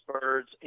birds